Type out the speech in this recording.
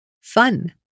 fun